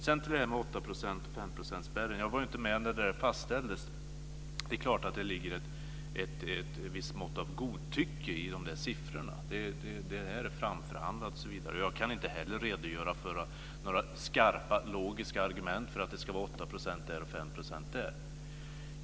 Sedan var det frågan om 8-procents och 5 procentsspärren. Jag var inte med när den fastställdes. Det är klart att det ligger ett visst mått av godtycke i siffrorna. De är framförhandlade. Jag kan inte heller redogöra för några skarpa, logiska argument för att det ska vara 8 % där och 5 % där.